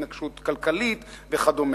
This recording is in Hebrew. התנגשות כלכלית וכדומה.